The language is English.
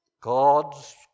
God's